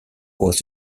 was